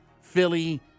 Philly